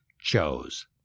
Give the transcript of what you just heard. chose